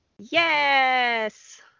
Yes